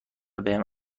بهم